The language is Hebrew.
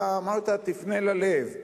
אתה אמרת: תפנה ללב.